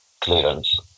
clearance